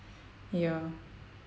ya